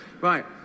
Right